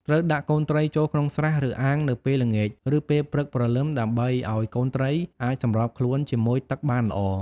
ត្រូវដាក់កូនត្រីចូលក្នុងស្រះ ឬអាងនៅពេលល្ងាច ឬពេលព្រឹកព្រលឹម ដើម្បីឲ្យកូនត្រីអាចសម្របខ្លួនជាមួយទឹកបានល្អ។